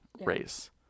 race